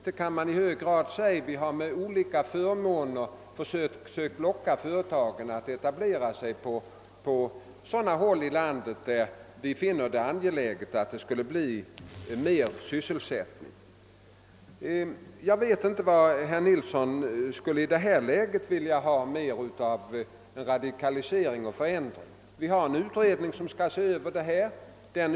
Det kan man i hög grad säga. Vi har med olika förmåner försökt locka företagen att etablera sig på sådana orter i landet, där vi finner det angeläget att få till stånd mera sysselsättning. Jag vet inte vad herr Nilsson i detta läge önskar få mer av radikalisering och förändring. En utredning håller på att se över detta.